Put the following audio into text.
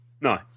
No